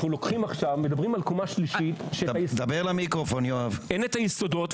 אנחנו מדברים עכשיו על קומה שלישית כאשר אין את היסודות.